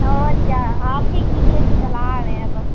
और क्या आप ही के लिए तो चला रहे हैं बस